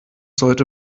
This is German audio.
sollte